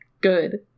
Good